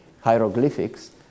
hieroglyphics